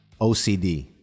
OCD